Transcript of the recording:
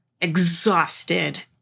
exhausted